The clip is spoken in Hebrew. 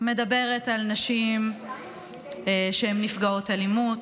מדברת על נשים שהן נפגעות אלימות,